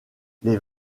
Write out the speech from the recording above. les